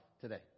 today